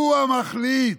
הוא המחליט,